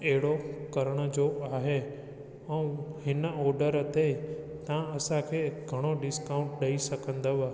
अहिड़ो करण जो आहे ऐं हिन ऑडर ते तव्हां असांखे घणो डिस्काउंट ॾेई सघंदव